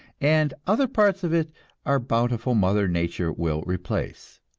and other parts of it our bountiful mother nature will replace.